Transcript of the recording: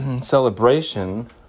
celebration